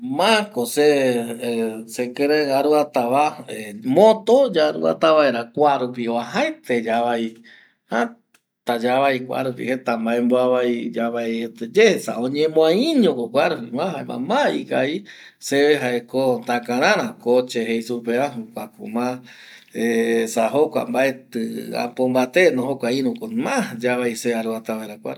Ouvi yayembongueta arasa mokoi eta payandepo saupe ta jayaeko mbaerajɨ yavaete ou oipota rupi tëta rupi jae jare ouvoi yande mbaenduavi ou ovae jaeko pandemia yavaetegue ou yande jare täta yajujere ojo ñane rëtara reta yandegui ou yande mbaendua yande pɨatɨtɨ yande maendua jeje reta